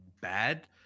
bad